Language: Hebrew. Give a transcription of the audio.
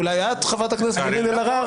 אולי את, חברת הכנסת קארין אלהרר?